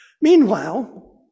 Meanwhile